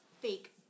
fake